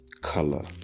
color